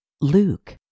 Luke